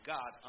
God